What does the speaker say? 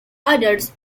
others